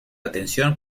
atención